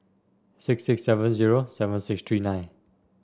six six seven zero seven six three nine